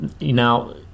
Now